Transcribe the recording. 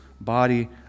body